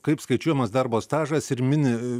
kaip skaičiuojamas darbo stažas ir mini